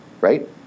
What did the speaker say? right